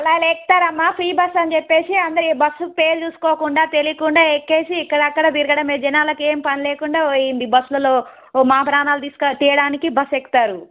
అలా ఎలా ఎక్కుతారమ్మా ఫ్రీ బస్ అని చెప్పేసి అందరు బస్సు పేరు చూసుకోకుండా తెయకుండా ఎక్కేసి ఇక్కడ అక్కడ తిరగడం ఈ జనాలకు ఏం పనిలేకుండా పోయింది బస్సులో మా ప్రాణాలు తీయడానికి బస్సు ఎక్కుతారు